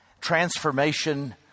transformation